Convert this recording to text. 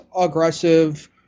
aggressive